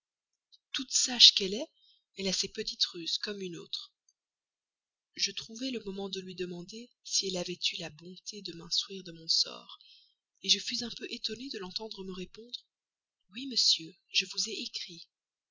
toute sage qu'elle est elle a ses petites ruses comme une autre je trouvai le moment de lui demander si elle avait eu la bonté de m'instruire de mon sort je fus un peu étonné de l'entendre me répondre oui monsieur je vous ai écrit